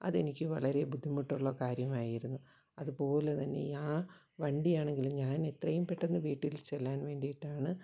അതെനിക്ക് വളരെ ബുദ്ധിമുട്ടുള്ള കാര്യമായിരുന്നു അതുപോലെ തന്നെ ആ വണ്ടിയാണങ്കിലും ഞാൻ എത്രയും പെട്ടന്ന് വീട്ടിൽ ചെല്ലാൻ വേണ്ടിയിട്ടാണ്